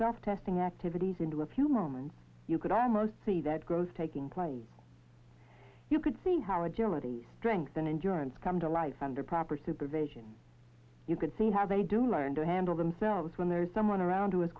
stuff testing activities into a few moments you could almost see that growth taking place you could see her agility strengthen insurance come to life under proper supervision you can see how they do learn to handle themselves when there's someone around who is